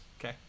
Okay